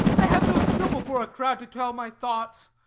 i have no skill before a crowd to tell my thoughts.